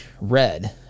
red